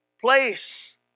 place